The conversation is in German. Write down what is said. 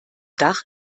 dach